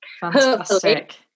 Fantastic